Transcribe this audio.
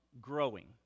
growing